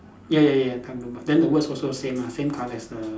ya ya ya dark blue border then the words also same lah same colour as the